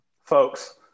Folks